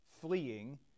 fleeing